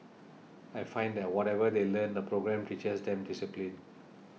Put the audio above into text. I find that whatever they learn the programme teaches them discipline